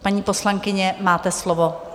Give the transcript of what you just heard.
Paní poslankyně, máte slovo.